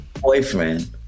boyfriend